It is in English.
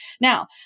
Now